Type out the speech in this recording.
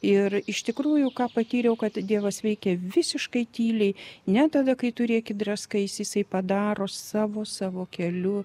ir iš tikrųjų ką patyriau kad dievas veikia visiškai tyliai ne tada kai tu rėki draskaisi jisai padaro savo savo keliu